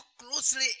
closely